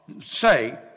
say